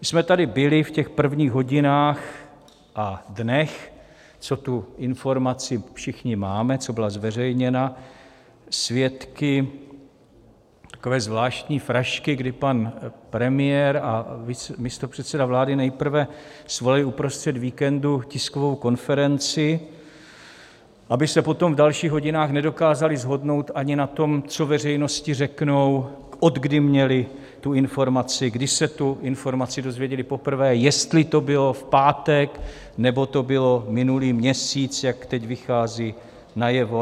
Byli jsme tady v těch prvních hodinách a dnech, co tu informaci všichni máme, co byla zveřejněna, svědky takové zvláštní frašky, kdy pan premiér a místopředseda vlády nejprve svolali uprostřed víkendu tiskovou konferenci, aby se potom v dalších hodinách nedokázali shodnout ani na tom, co veřejnosti řeknou, od kdy měli tu informaci, kdy se tu informaci dozvěděli poprvé, jestli to bylo v pátek, nebo to bylo minulý měsíc, jak teď vychází najevo.